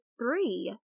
three